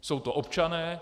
Jsou to občané.